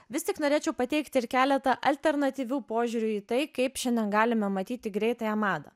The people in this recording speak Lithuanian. vis tik norėčiau pateikti ir keletą alternatyvių požiūrių į tai kaip šiandien galime matyti greitąją madą